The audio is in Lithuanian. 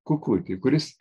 kukutį kuris